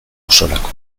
osorako